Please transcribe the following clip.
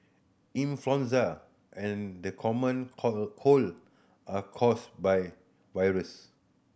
influenza and the common cold cold are caused by viruse